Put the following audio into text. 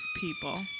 people